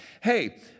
Hey